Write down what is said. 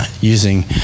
using